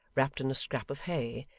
wrapped in a scrap of hay,